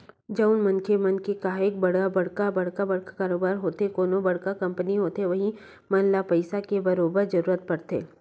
जउन मनखे मन के काहेक बड़का बड़का कारोबार होथे कोनो बड़का कंपनी होथे वहूँ मन ल पइसा के बरोबर जरूरत परथे